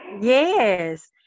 yes